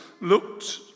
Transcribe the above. looked